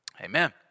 amen